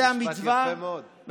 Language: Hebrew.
משפט יפה מאוד.